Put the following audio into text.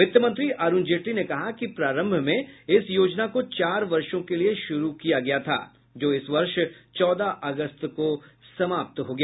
वित्त मंत्री अरुण जेटली ने कहा कि प्रारंभ में इस योजना को चार वर्षो के लिए शुरू किया गया था जो इस वर्ष चौदह अगस्त को समाप्त हो गया